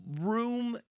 room